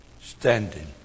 standing